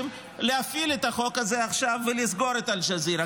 להפעיל את החוק הזה עכשיו ולסגור את אל-ג'זירה.